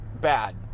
bad